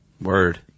Word